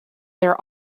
their